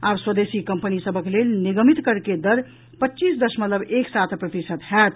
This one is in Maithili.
आब स्वदेशी कंपनी सभक लेल निगमित कर के दर पच्चीस दशमलव एक सात प्रतिशत होयत